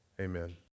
Amen